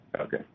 Okay